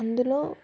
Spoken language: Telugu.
అందులో